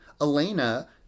elena